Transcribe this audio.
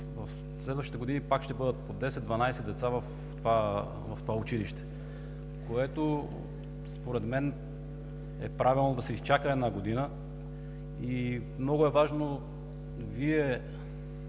в следващите години пак ще бъдат по 10 – 12 в това училище. Според мен е правилно да се изчака една година и много е важно Вие